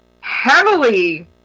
heavily